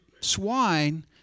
swine